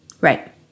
Right